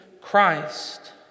Christ